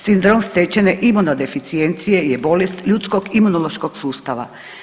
Sindrom stečene imunodeficijencije je bolest ljudskog imunološkog sustava.